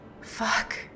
Fuck